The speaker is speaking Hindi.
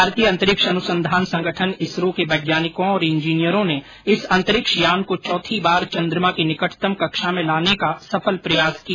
भारतीय अंतरिक्ष अनुसंधान संगठन इसरो के वैज्ञानिकों और इंजीनियरों ने इस अंतरिक्ष यान को चौथी बार चन्द्रमा की निकटतम कक्षा में लाने का सफल प्रयास किया